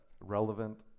relevant